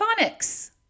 phonics